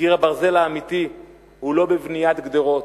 קיר הברזל האמיתי הוא לא בבניית גדרות,